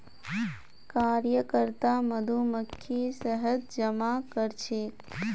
कार्यकर्ता मधुमक्खी शहद जमा करछेक